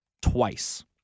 twice